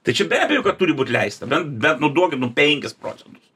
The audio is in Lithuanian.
tai čia be abejo kad turi būt leista bent bent nu duokit nu penkis procentus